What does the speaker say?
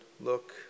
look